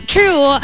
True